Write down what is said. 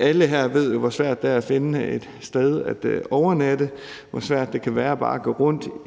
Alle her ved jo, hvor svært det er at finde et sted at overnatte, og hvor svært det kan være bare at gå rundt